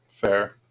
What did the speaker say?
fair